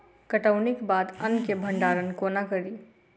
कटौनीक बाद अन्न केँ भंडारण कोना करी?